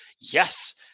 Yes